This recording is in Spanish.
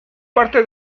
parte